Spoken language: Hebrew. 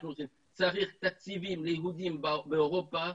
צריך תקציבים ליהודים באירופה,